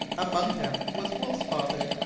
among them was wolfe's father,